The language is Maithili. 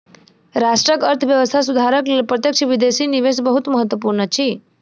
राष्ट्रक अर्थव्यवस्था सुधारक लेल प्रत्यक्ष विदेशी निवेश बहुत महत्वपूर्ण अछि